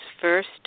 first